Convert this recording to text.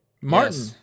Martin